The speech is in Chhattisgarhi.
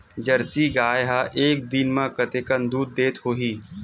जर्सी गाय ह एक दिन म कतेकन दूध देत होही?